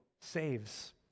saves